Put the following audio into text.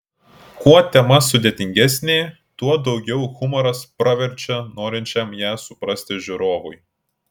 kuo tema sudėtingesnė tuo daugiau humoras praverčia norinčiam ją suprasti žiūrovui